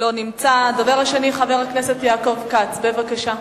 לא נמצא, הדובר השני, חבר הכנסת יעקב כץ, בבקשה.